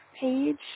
page